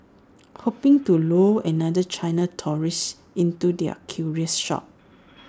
hoping to lure another China tourist into their curio shops